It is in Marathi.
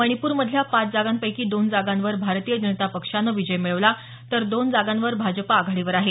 मणिपूर मधल्या पाच जागांपैकी दोन जागांवर भारतीय जनता पक्षानं विजय मिळवला तर दोन जागांवर भाजप आघाडीवर आहे